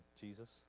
Jesus